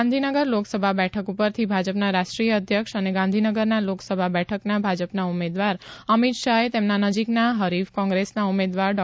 ગાંધીનગર લોકસભા બેઠક ઉપરથી ભાજપના રાષ્ટ્રીય અધ્યક્ષ અને ગાંધીનગરના લોકસભા બેઠકના ભાજપના ઉમેદવાર અમિત શાહે તેમના નજીકના હરીફ કોંગ્રેસના ઉમેદવાર ડો